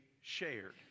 shared